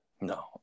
no